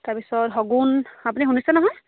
তাৰ পিছত শগুন আপুনি শুনিছে নহয়